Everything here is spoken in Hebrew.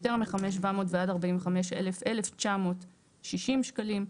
יותר מ-5,700 ועד 45,000 - 1,960 שקלים.